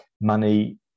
money